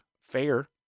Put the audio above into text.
FAIR